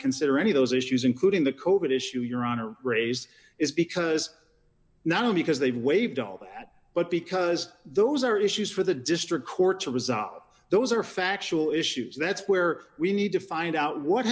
consider any of those issues including the code issue your honor raised is because now because they've waived all that but because those are issues for the district court to resolve those are factual shews that's where we need to find out what